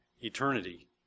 eternity